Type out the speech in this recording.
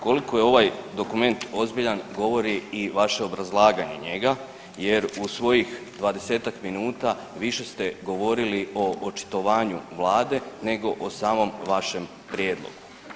Koliko je ovaj dokument ozbiljan govori i vaše obrazlaganje njega jer u svojih 20-tak minuta više ste govorili o očitovanju Vlade, nego o samom vašem prijedlogu.